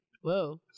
Whoa